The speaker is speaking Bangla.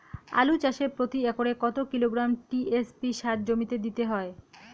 আলু চাষে প্রতি একরে কত কিলোগ্রাম টি.এস.পি সার জমিতে দিতে হয়?